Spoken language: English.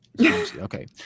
Okay